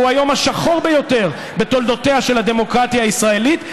שהוא היום השחור ביותר בתולדותיה של הדמוקרטיה הישראלית,